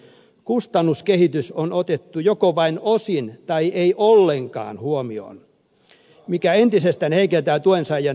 kustannuskehitys on otettu joko vain osin tai ei ollenkaan huomioon mikä entisestään heikentää tuen saajien taloudellista asemaa